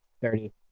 Thirty